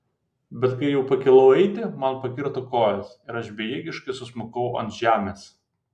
bet kai jau pakilau eiti man pakirto kojas ir aš bejėgiškai susmukau ant žemės